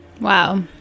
Wow